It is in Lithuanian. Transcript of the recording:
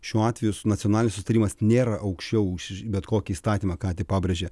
šiuo atveju nacionalinis sutarimas nėra aukščiau už bet kokį įstatymą ką tik pabrėžė